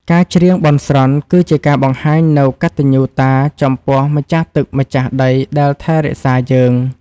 ការច្រៀងបន់ស្រន់ គឺជាការបង្ហាញនូវកតញ្ញូតាចំពោះម្ចាស់ទឹកម្ចាស់ដីដែលថែរក្សាយើង។